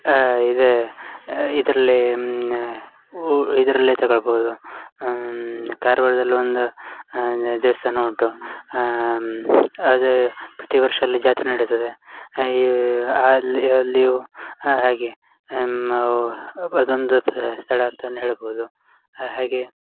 ಇದು ಇದರಲ್ಲಿ ನಾ ಊ ಇದರಲ್ಲೇ ತಗೊಳ್ಬೌದು ಕಾರ್ವಾರ್ದಲ್ಲಿ ಒಂದು ಒಂದು ದೇವಸ್ಥಾನ ಉಂಟು ಅದು ಪ್ರತಿವರ್ಷ ಅಲ್ಲಿ ಜಾತ್ರೆ ನಡಿತದೆ ಇವು ಆಲ್ಲಿ ಅಲ್ಲಿಯೂ ಹಾಂ ಹಾಗೆ ಅವು ಅದೊಂದು ಸ್ಥಳ ಅಂತಲೇ ಹೇಳ್ಬೌದು ಹಾಗೆ